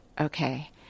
Okay